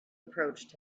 approached